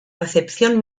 recepción